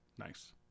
Nice